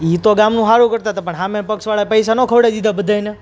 એ તો ગામનું સારું કરતા હતા પણ સામે પક્ષવાળાએ પૈસા ન ખવડાવી દીધા બધાંયને